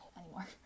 anymore